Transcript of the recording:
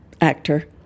actor